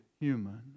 human